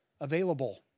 available